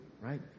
right